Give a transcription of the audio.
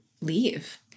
leave